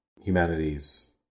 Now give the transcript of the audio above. humanities